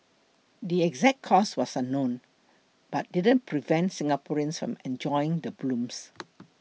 the exact cause was unknown but didn't prevent Singaporeans from enjoying the blooms